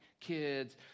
kids